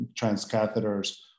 transcatheters